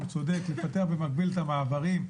הוא צודק לפתח במקביל את המעברים.